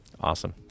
Awesome